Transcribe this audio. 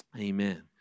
amen